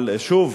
אבל שוב,